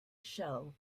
shell